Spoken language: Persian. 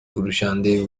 فروشنده